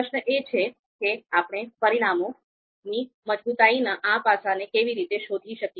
પ્રશ્ન એ છે કે આપણે પરિણામોની મજબુતાઈના આ પાસાને કેવી રીતે શોધી શકીએ